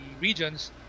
regions